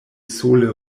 sole